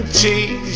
cheese